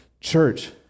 Church